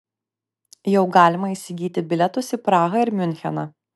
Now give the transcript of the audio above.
jau galima įsigyti bilietus į prahą ir miuncheną